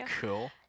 cool